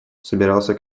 собирался